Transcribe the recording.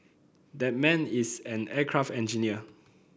that man is an aircraft engineer